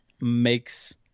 makes